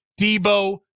Debo